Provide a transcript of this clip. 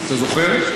אתה זוכר?